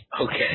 Okay